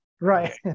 Right